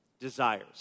desires